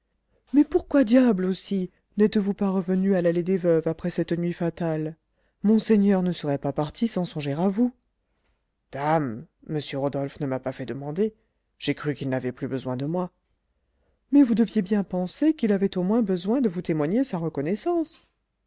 mais pourquoi diable aussi n'êtes-vous pas revenu à l'allée des veuves après cette nuit fatale monseigneur ne serait pas parti sans songer à vous dame m rodolphe ne m'a pas fait demander j'ai cru qu'il n'avait plus besoin de moi mais vous deviez bien penser qu'il avait au moins besoin de vous témoigner sa reconnaissance